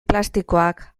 plastikoak